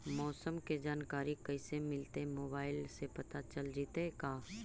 मौसम के जानकारी कैसे मिलतै मोबाईल से पता चल जितै का?